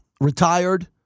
retired